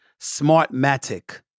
Smartmatic